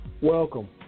Welcome